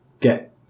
get